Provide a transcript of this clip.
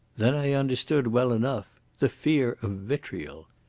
then i understood well enough. the fear of vitriol!